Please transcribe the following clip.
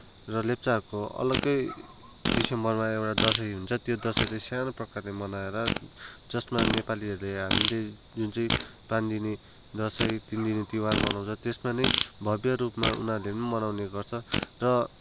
र लेप्चाहरूको अलगै दिसम्बरमा एउटा दसैँ हुन्छ त्यो दसैँ चाहिँ सानो प्रकारले मनाएर जसमा नेपालीहरूले हामीले जुन चाहिँ पाँचदिने दसैँ र तिनदिने तिहार मनाउँछौँ त्यसमा नै भव्य रूपमा उनीहरूले पनि मनाउने गर्छन् र